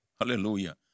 hallelujah